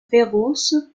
féroce